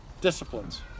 disciplines